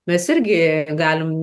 mes irgi galim